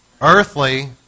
Earthly